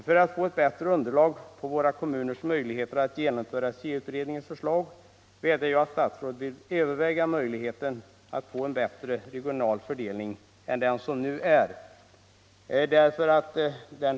För att få ett bättre underlag för att bedöma våra kommuners möjligheter att genomföra SIA-utredningens förslag vädjar jag till statsrådet att överväga möjligheten att få en bättre regional fördelning än den som nu är.